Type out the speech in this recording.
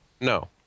No